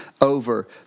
over